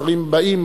השרים באים,